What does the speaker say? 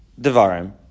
Devarim